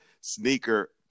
Sneaker